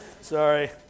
Sorry